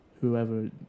whoever